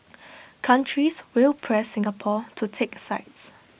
countries will press Singapore to take sides